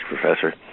Professor